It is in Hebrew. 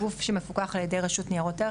גוף שמפוקח על ידי רשות לניירות ערך,